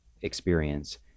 experience